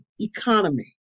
economy